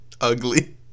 Ugly